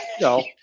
No